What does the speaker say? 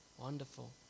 Wonderful